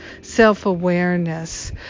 self-awareness